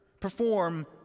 perform